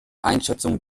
einschätzung